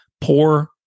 poor